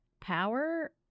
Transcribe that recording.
power